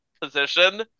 position